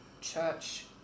church